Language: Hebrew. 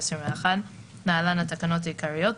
התשפ"ב-2021 (להלן התקנות העיקריות),